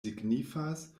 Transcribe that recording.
signifas